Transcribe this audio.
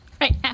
Right